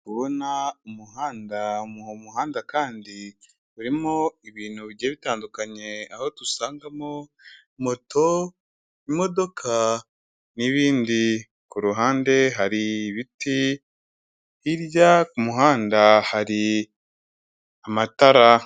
Kubona umuhanda, umuhamuhanda kandi urimo ibintu bigiye bitandukanye aho dusangamo moto, imodoka n'ibindi, ku ruhande hari ibiti hirya ku muhanda hari amatara.